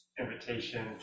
invitation